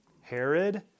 Herod